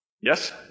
Yes